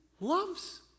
loves